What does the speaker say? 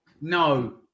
No